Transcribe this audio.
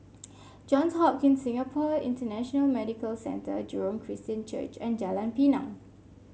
Johns Hopkins Singapore International Medical Centre Jurong Christian Church and Jalan Pinang